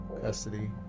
custody